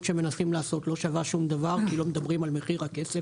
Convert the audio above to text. שמנסים לעשות לא שווה שום דבר כי לא מדברים על מחיר הכסף.